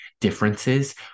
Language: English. differences